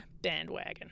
bandwagon